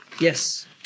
Yes